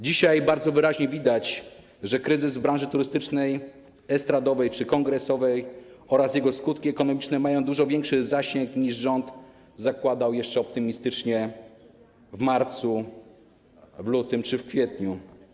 Dzisiaj bardzo wyraźnie widać, że kryzys branży turystycznej, estradowej czy kongresowej oraz jego skutki ekonomiczne mają dużo większy zasięg, niż rząd zakładał jeszcze optymistycznie w marcu, w lutym czy w kwietniu.